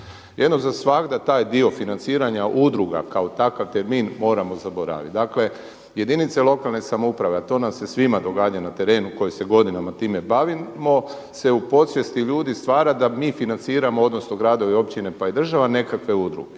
Jednom za svagda taj dio financiranja udruga kao takav termin moramo zaboraviti. Dakle jedinice lokalne samouprave, a to nam se svima događa na trenu koji se godinama time bavimo se u podsvijesti ljudi stvara da mi financiramo odnosno gradovi i općine pa i država nekakve udruge.